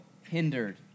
hindered